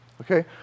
Okay